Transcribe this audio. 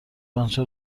آنچه